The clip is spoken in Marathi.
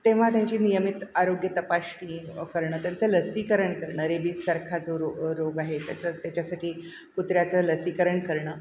तेव्हा त्यांची नियमित आरोग्य तपासणी करणं त्यांचं लसीकरण करणं रेबीजसारखा जो रो रोग आहे त्याचं त्याच्यासाठी कुत्र्याचं लसीकरण करणं